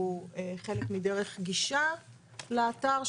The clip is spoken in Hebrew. שהוא חלק מדרך גישה לאתר,